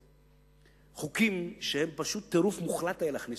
פשוט חוקים שהיה טירוף מוחלט להכניס,